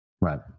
right